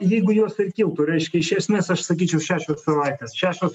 jeigu jos ir kiltų reiškia iš esmės aš sakyčiau šešios savaitės šešios